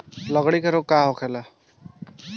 लगड़ी रोग का होखेला?